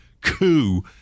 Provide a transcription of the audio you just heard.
coup